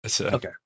Okay